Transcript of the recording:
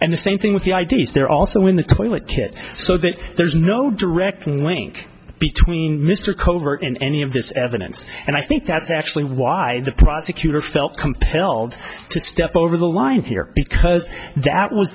and the same thing with the i d s they're also in the toilet kit so that there's no direct link between mr covert and any of this evidence and i think that's actually why the prosecutor felt compelled to step over the line here because that